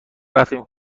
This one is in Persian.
رفتیم